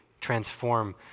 transform